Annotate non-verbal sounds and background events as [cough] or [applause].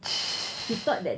[noise]